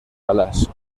alas